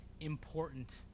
important